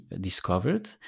discovered